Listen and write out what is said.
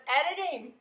editing